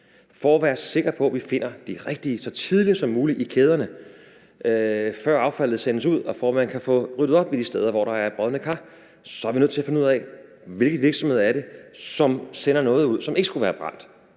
For at være sikre på, at vi finder de rigtige så tidligt som muligt i kæderne, før affaldet sendes ud, og for at man kan få ryddet op de steder, hvor der er brodne kar, så er vi nødt til at finde ud af, hvilke virksomheder det er, som sender noget ud, som ikke skulle have været brændt.